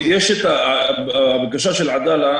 יש את הבקשה של עדאללה,